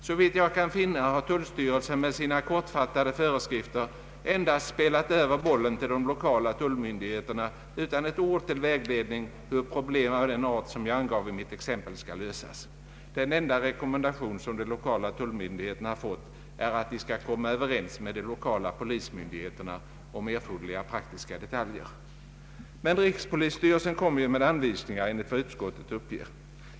Såvitt jag kan finna, har tullstyrelsen med sina kortfattade föreskrifter endast spelat över bollen till de 1okala tullmyndigheterna utan ett ord till vägledning hur problem av den art som jag angav i mitt exempel skall lösas. Den enda rekommendation som de 1okala tullmyndigheterna fått är att de skall komma överens med de lokala polismyndigheterna om = erforderliga praktiska detaljer. Men rikspolisstyrelsen kommer ju med anvisningar, enligt vad utskottet uppger.